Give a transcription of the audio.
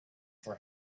for